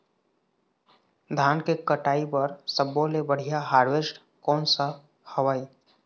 धान के कटाई बर सब्बो ले बढ़िया हारवेस्ट कोन सा हवए?